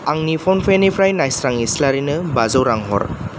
आंनि फ'नपेनिफ्राय नायस्रां इस्लारिनो बाजौ रां हर